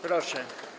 Proszę.